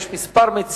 יש כמה מציעים.